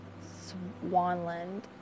Swanland